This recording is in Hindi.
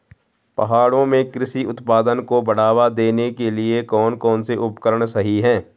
पहाड़ों में कृषि उत्पादन को बढ़ावा देने के लिए कौन कौन से उपकरण सही हैं?